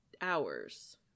hours